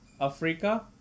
Africa